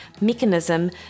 mechanism